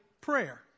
prayer